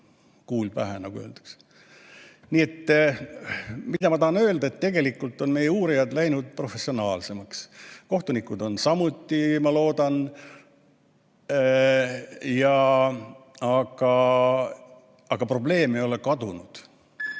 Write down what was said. Kuul pähe, nagu öeldakse. Nii et mida ma tahan öelda? Tegelikult on meie uurijad läinud professionaalsemaks. Kohtunikud samuti, ma loodan. Aga probleem ei ole kadunud.